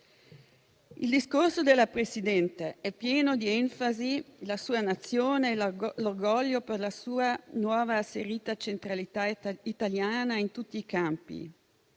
Il discorso della Presidente è pieno di enfasi: la sua Nazione, l'orgoglio per la nuova asserita centralità italiana in tutti i campi.